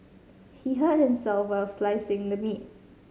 he hurt himself while slicing the meat